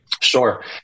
Sure